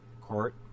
court